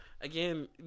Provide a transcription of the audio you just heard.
again